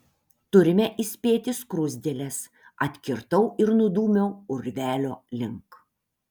turime įspėti skruzdėles atkirtau ir nudūmiau urvelio link